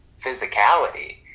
physicality